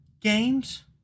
games